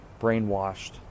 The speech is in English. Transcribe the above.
brainwashed